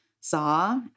saw